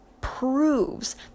proves